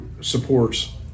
supports